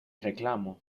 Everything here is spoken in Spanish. reclamo